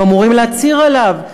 הם אמורים להצהיר עליו.